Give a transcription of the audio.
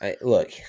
Look